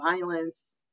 violence